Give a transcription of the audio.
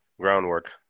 Groundwork